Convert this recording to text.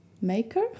maker